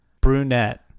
Brunette